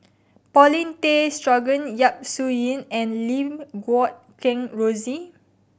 Paulin Tay Straughan Yap Su Yin and Lim Guat Kheng Rosie